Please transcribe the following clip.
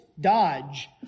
Dodge